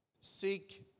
Seek